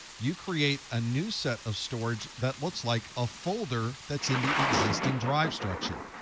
you create a new set of storage that looks like a folder that's in the existing drive structure.